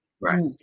Right